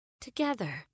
together